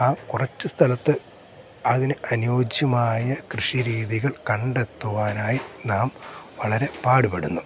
ആ കുറച്ച് സ്ഥലത്ത് അതിന് അനുയോജ്യമായ കൃഷി രീതികൾ കണ്ടെത്തുവാനായി നാം വളരെ പാട്പെടുന്നു